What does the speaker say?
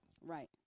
Right